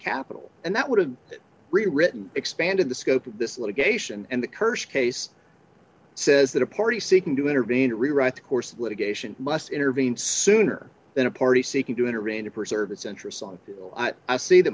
capital and that would have rewritten expanded the scope of this litigation and the cursed case says that a party seeking to intervene to rewrite the course of litigation must intervene sooner than a party seeking to intervene to preserve its interests on i see that